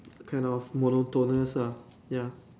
kind of monotonous ya